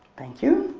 thank you.